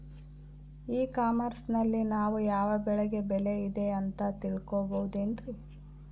E commerce ನಲ್ಲಿ ನಾವು ಯಾವ ಬೆಳೆಗೆ ಬೆಲೆ ಇದೆ ಅಂತ ತಿಳ್ಕೋ ಬಹುದೇನ್ರಿ?